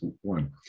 one